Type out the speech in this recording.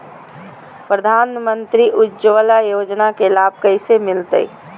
प्रधानमंत्री उज्वला योजना के लाभ कैसे मैलतैय?